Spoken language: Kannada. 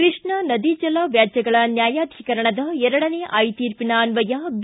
ಕೃಷ್ಣಾ ನದಿ ಜಲ ವ್ಯಾಜ್ಯಗಳ ನ್ಯಾಯಾಧೀಕರಣದ ಎರಡನೇ ಐ ತೀರ್ಪಿನ ಅನ್ವಯ ಬಿ